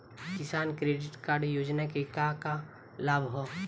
किसान credit card योजना के का का लाभ ह?